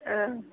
औ